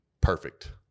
perfect